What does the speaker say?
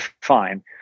fine